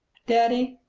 daddy,